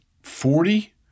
Forty